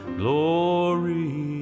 glory